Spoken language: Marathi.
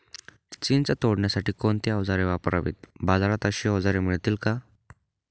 चिंच तोडण्यासाठी कोणती औजारे वापरावीत? बाजारात अशी औजारे मिळतात का?